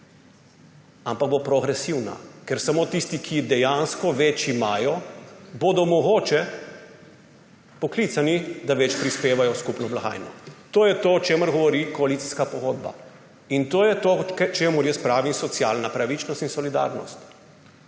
ampak bo progresivna, ker bodo samo tisti, ki dejansko več imajo, mogoče poklicani, da več prispevajo v skupno blagajno. To je to, o čemer govori koalicijska pogodba. In to je to, čemur jaz pravim socialna pravičnost in solidarnost.